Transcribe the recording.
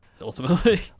ultimately